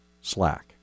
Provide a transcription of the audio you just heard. slack